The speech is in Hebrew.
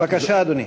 בבקשה, אדוני.